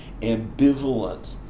ambivalent